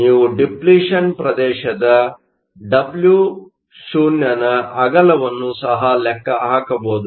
ನೀವು ಡಿಪ್ಲಿಷನ್ ಪ್ರದೇಶದ Wo ನ ಅಗಲವನ್ನು ಸಹ ಲೆಕ್ಕ ಹಾಕಬಹುದು